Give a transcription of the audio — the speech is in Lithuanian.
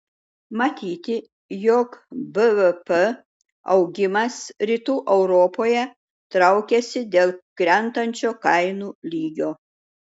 matyti jog bvp augimas rytų europoje traukiasi dėl krentančio kainų lygio